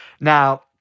Now